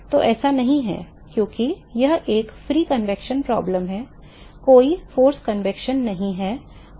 तो ऐसा नहीं है क्योंकि यह एक मुक्त संवहन समस्या है कोई बल संवहन नहीं है और